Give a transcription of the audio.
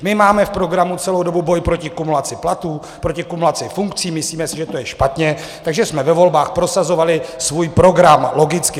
My máme v programu celou dobu boj proti kumulaci platů, proti kumulaci funkcí, myslíme si, že to je špatně, takže jsme ve volbách prosazovali svůj program logicky.